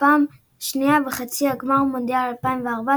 ובפעם השנייה בחצי גמר מונדיאל 2014